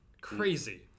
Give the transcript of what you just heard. crazy